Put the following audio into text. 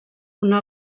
una